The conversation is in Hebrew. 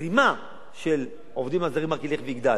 הזרימה של העובדים הזרים רק תלך ותגדל.